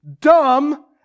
dumb